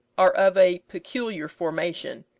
are of a peculiar formation,